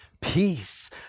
Peace